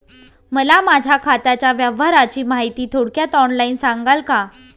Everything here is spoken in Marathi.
मला माझ्या खात्याच्या व्यवहाराची माहिती थोडक्यात ऑनलाईन सांगाल का?